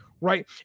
right